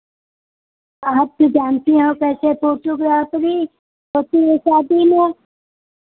आप तो जानती हो कैसे फोटो ग्राफ़री होती है शादी में